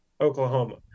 Oklahoma